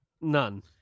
None